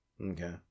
Okay